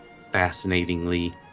fascinatingly